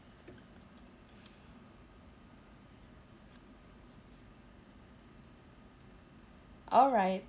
alright